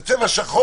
זה צבע שחור,